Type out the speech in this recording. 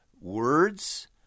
words